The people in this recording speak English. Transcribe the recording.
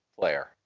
player